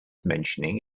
mentioning